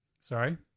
sorry